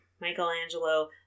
Michelangelo